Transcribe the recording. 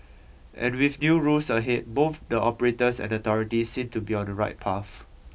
and with new rules ahead both the operators and authorities seem to be on the right path